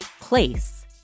place